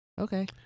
Okay